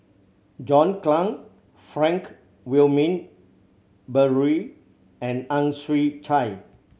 John Clang Frank Wilmin Brewer and Ang Chwee Chai